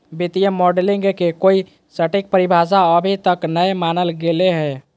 वित्तीय मॉडलिंग के कोई सटीक परिभाषा अभी तक नय मानल गेले हें